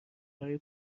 برای